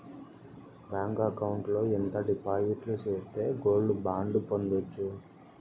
Bank account లో ఎంత డిపాజిట్లు సేస్తే గోల్డ్ బాండు పొందొచ్చు?